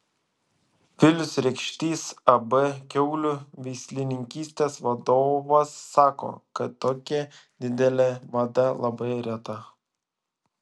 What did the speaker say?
vilius rekštys ab kiaulių veislininkystė vadovas sako kad tokia didelė vada labai reta